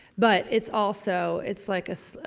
but, it's also, it's like a, so